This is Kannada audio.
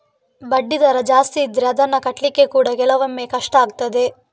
ಬಡ್ಡಿ ದರ ಜಾಸ್ತಿ ಇದ್ರೆ ಅದ್ನ ಕಟ್ಲಿಕ್ಕೆ ಕೂಡಾ ಕೆಲವೊಮ್ಮೆ ಕಷ್ಟ ಆಗ್ತದೆ